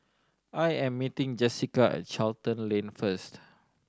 I am meeting Jessica at Charlton Lane first